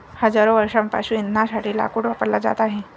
हजारो वर्षांपासून इंधनासाठी लाकूड वापरला जात आहे